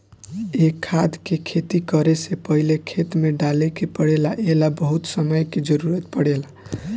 ए खाद के खेती करे से पहिले खेत में डाले के पड़ेला ए ला बहुत समय के जरूरत पड़ेला